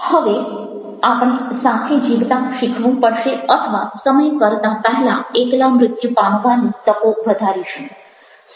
હવે આપણે સાથે જીવતાં શીખવું પડશે અથવા સમય કરતાં પહેલાં એકલા મૃત્યુ પામવાની તકો વધારીશું